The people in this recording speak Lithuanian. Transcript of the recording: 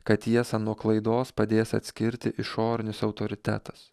kad tiesa nuo klaidos padės atskirti išorinis autoritetas